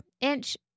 inch